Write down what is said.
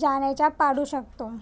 जाण्याचा पाडू शकतो